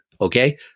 Okay